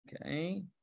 Okay